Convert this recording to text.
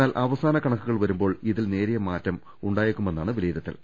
എന്നാൽ അവസാന കണ ക്കുകൾ വരുമ്പോൾ ഇതിൽ നേരിയ മാറ്റം ഉണ്ടായേക്കുമെന്നാണ് വിലയിരുത്തൽ